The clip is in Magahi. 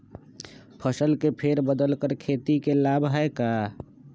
फसल के फेर बदल कर खेती के लाभ है का?